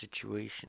situation